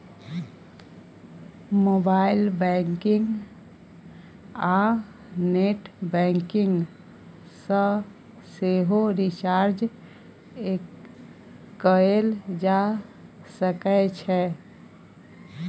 mobile banking आ net banking सँ सेहो रिचार्ज कएल जा सकै छै